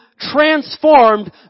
transformed